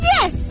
Yes